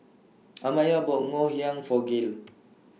Amaya bought Ngoh Hiang For Gael